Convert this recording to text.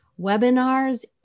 webinars